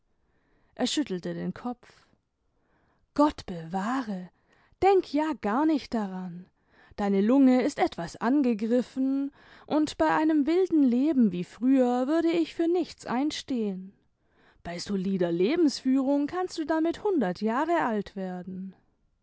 er schüttelte den kopf gott bewahre denk ja gar nicht daran deine lunge ist etwas angegriffen und bei einem wilden leben wie früher würde ich für nichts einstehen bei solider lebensführung kannst du damit hundert jahre alt werden